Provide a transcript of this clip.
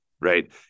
right